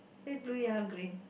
red blue yellow green